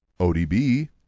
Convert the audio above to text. ODB